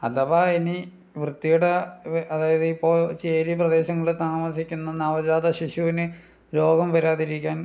അഥവാ ഇനി വൃത്തികെട്ട അതായത് ഇപ്പോൾ ചേരി പ്രദേശങ്ങളിൽ താമസിക്കുന്ന നവജാതശിശുവിന് രോഗം വരാതിരിക്കാൻ